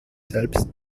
selbst